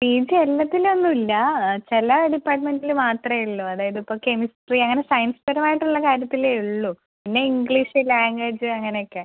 ഈ ചിലതിലൊന്നും ഇല്ല ചില ഡിപ്പാർട്ട്മെൻറ്റിൽ മാത്രമേ ഉള്ളൂ അതായത് ഇപ്പോൾ കെമിസ്ട്രി അങ്ങനെ സയൻസ് പരമായിട്ടുള്ള കാര്യത്തിലേ ഉള്ളൂ പിന്നെ ഇംഗ്ലീഷ് ലാംഗ്വേജ് അങ്ങനെയൊക്കെ